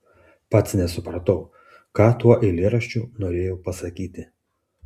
pats nesupratau ką tuo eilėraščiu norėjau pasakyti